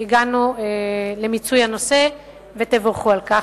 הגענו למיצוי הנושא, ותבורכו על כך.